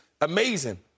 Amazing